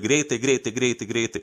greitai greitai greitai greitai